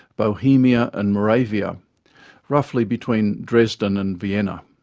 bohemia and moravia roughly between dresden and vienna.